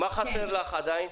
מה חסר לך עדיין?